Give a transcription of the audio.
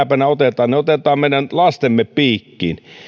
päivänä otetaan otetaan meidän lastemme piikkiin